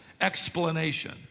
explanation